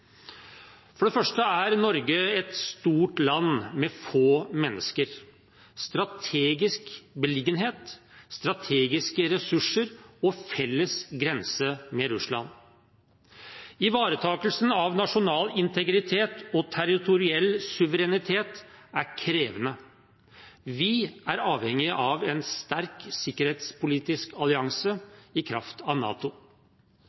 For det første er Norge et stort land, med få mennesker, strategisk beliggenhet, strategiske ressurser og felles grense med Russland. Ivaretakelsen av nasjonal integritet og territoriell suverenitet er krevende. Vi er avhengig av en sterk sikkerhetspolitisk